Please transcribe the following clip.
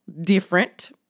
different